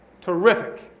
terrific